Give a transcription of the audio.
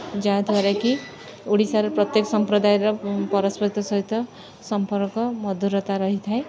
ଯାହାଦ୍ୱାରା କିି ଓଡ଼ିଶାର ପ୍ରତ୍ୟେକ ସମ୍ପ୍ରଦାୟର ପରସ୍ପର ସହିତ ସମ୍ପର୍କ ମଧୁରତା ରହିଥାଏ